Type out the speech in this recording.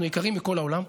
אנחנו יקרים מכל העולם.